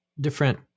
different